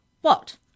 What